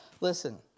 listen